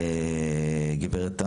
גברת טל,